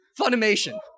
Funimation